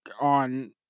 on